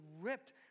ripped